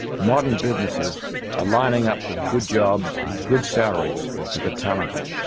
modern businesses are lining up with good jobs and good salaries for the talented.